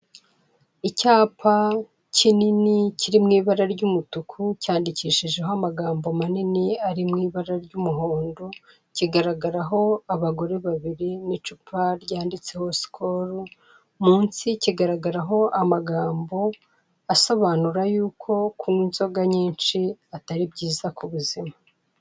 Icyapa kinini kiri mu ibara ry'umutuku, cyandikishijeho amagambo manini, ari mu ibara ry'umuhondo, kigaragaraho abagore babiri n'icupa ryanditseho Sikolu. Munsi kigaragaraho amagambo asobanura yuko kunywa inzoga nyinshi atari byiza ku buzima.